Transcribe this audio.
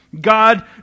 God